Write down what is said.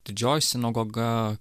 didžioji sinagoga